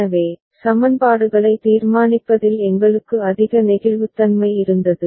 எனவே சமன்பாடுகளை தீர்மானிப்பதில் எங்களுக்கு அதிக நெகிழ்வுத்தன்மை இருந்தது